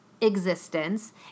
existence